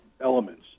elements